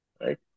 Right